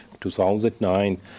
2009